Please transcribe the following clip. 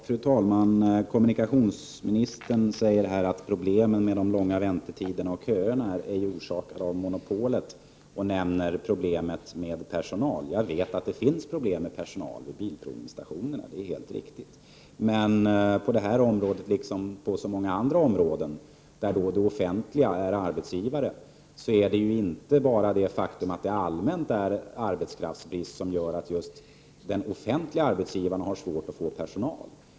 Fru talman! Kommunikationsministern säger att problemen med de långa väntetiderna och köerna inte är orsakade av monopolet, och han nämner problemet med att få personal. Det är helt riktigt att det finns sådana problem vid bilprovningsstationerna. Men på detta område, liksom på så många andra områden, där det är det offentliga som är arbetsgivare, är det ju inte den omständigheten att det rent allmänt råder arbetskraftsbrist som gör att just den offentliga arbetsgivaren har svårt att få personal.